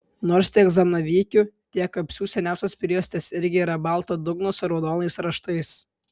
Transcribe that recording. nors tiek zanavykių tiek kapsių seniausios prijuostės irgi yra balto dugno su raudonais raštais